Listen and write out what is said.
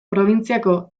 probintziako